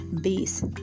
bees